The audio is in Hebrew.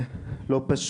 אז כשאבא שלי נפטר,